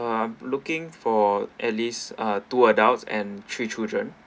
I'm looking for at least uh two adults and three children